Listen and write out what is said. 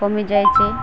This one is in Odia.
କମିଯାଇଛି